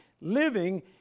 living